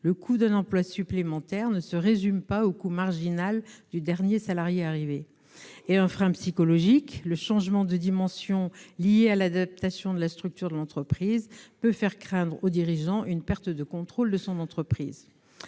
Le coût d'un emploi supplémentaire ne se résume pas au coût marginal du dernier salarié arrivé. D'un point de vue psychologique, enfin, le changement de dimension lié à l'adaptation de la structure de l'entreprise peut faire craindre au dirigeant une perte de contrôle. Les économistes